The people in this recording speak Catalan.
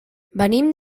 venim